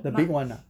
the big [one] ah